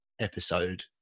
episode